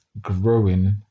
growing